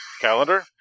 calendar